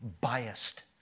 biased